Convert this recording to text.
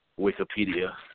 Wikipedia